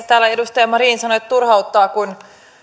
täällä edustaja marin sanoi että turhauttaa kun